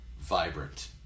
vibrant